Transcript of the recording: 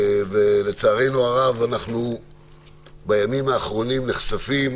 ולצערנו הרב, אנחנו בימים האחרונים נחשפים